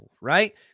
Right